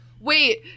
Wait